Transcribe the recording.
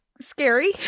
scary